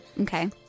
Okay